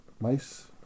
mice